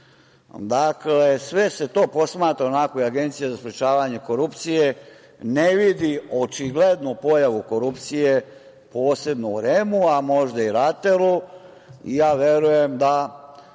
Dakle, sve se to posmatra, a Agencija za sprečavanje korupcije ne vidi očiglednu pojavu korupcije, posebno u REM-u, a možda i RATEL-u i ja verujem da